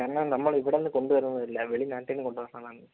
കാരണം നമ്മൾ ഇവിടുന്ന് കൊണ്ടുവരുന്നതല്ല വെളി നാട്ടിന്നു കൊണ്ടുവരുന്നതാണ്